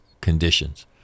conditions